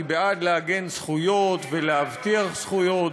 אני בעד לעגן זכויות ולהבטיח זכויות,